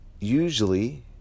usually